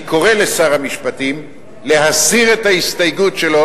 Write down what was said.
אני קורא לשר המשפטים להסיר את ההסתייגות שלו